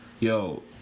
Yo